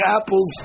apples